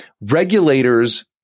regulators